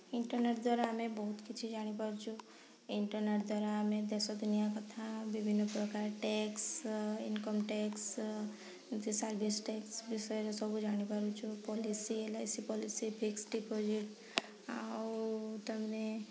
internet ଦ୍ଵାରା ଆମେ ବହୁତ କିଛି ଜାଣି ପାରୁଛୁ ଇଣ୍ଟରନେଟ୍ ଦ୍ଵାରା ଆମେ ଦେଶ ଦୁନିଆ କଥା ବିଭିନ୍ନ ପ୍ରକାର ଟ୍ୟାକ୍ସ ଇନକମ୍ ଟ୍ୟାକ୍ସ ଯେଉଁ ସର୍ଭିସ୍ ଟ୍ୟାକ୍ସ ବିଷୟରେ ସବୁ ଜାଣି ପାରୁଛୁ policy L I C policy fix deposit ଆଉ ତାମାନେ